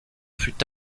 fut